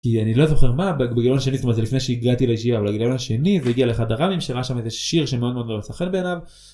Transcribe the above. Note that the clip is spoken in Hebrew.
כי אני לא זוכר מה בגיליון השני, זאת אומרת זה לפני שהגעתי לישיבה, אבל בגיליון השני זה הגיע לאחד הרבים שראה שם איזה שיר שמאוד מאוד מאוד מצא חן בעיניו